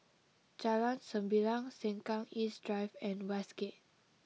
Jalan Sembilang Sengkang East Drive and Westgate